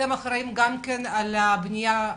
אתם אחראים גם על הבנייה?